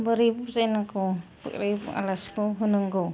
बोरै बुजायनांगौ बे आलासिखौ होनांगौ